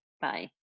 bye